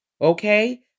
okay